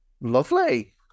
Lovely